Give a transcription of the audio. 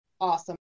Awesome